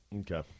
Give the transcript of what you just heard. Okay